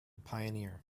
pioneer